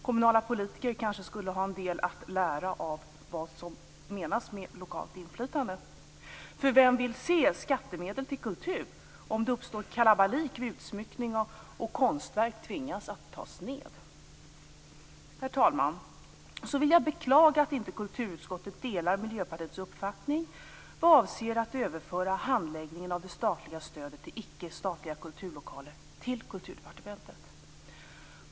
Kommunala politiker kanske skulle ha en del att lära av det och lära sig vad som menas med lokalt inflytande. För vem vill se att skattemedel går till kultur om det uppstår kalabalik vid utsmyckning och man tvingas att ta ned konstverk? Herr talman! Jag beklagar att kulturutskottet inte delar Miljöpartiets uppfattning vad avser att överföra handläggningen av det statliga stödet till icke-statliga kulturlokaler till Kulturdepartementet.